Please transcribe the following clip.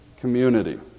community